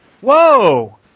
Whoa